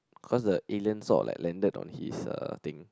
cause the aliens sort of like landed on his uh thing